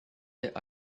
that